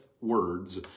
words